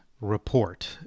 report